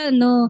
no